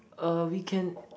uh we can